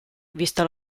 vista